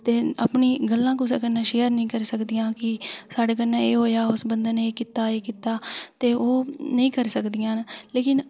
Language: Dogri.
अपनियां गल्लां कुसै कन्नै शेयर नीं करी सकदियां जे साढ़े कन्नै एह् होआ जां उस बंदे ने एह् कीता एह् कीता नेईं करी सकदियां